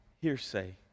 hearsay